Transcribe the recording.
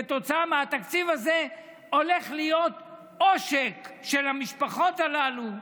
כתוצאה מהתקציב הזה הולך להיות עושק של המשפחות הללו.